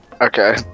Okay